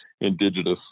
indigenous